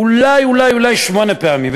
אולי אולי אולי שמונה פעמים,